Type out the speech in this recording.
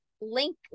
link